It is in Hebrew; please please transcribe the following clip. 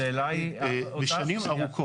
השאלה היא ששאל חבר הכנסת.